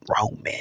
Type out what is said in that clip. Roman